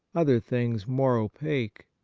other things more opaque.